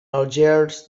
algiers